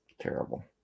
Terrible